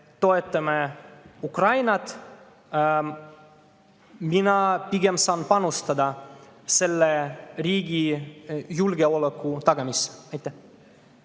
toetame Ukrainat, mina saan pigem panustada selle riigi julgeoleku tagamisse. Aitäh